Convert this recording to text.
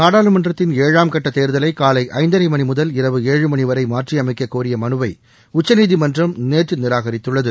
நாடாளுமன்றத்தின் ஏழாம் கட்ட தேர்தலை காலை ஐந்தரை மணி முதல் இரவு ஏழு மணி வரை மாற்றியமைக்க கோரிய மனுவை உச்சநீதிமன்றம் நேற்று நிராகரித்துள்ளது